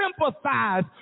sympathize